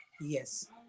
yes